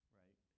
right